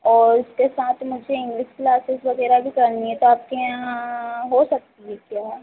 और उसके साथ मुझे इंग्लिस क्लासेस वग़ैरह भी करनी है तो आपके यहाँ हो सकती है क्या